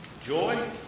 joy